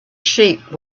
sheep